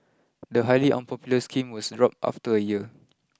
the highly unpopular scheme was dropped after a year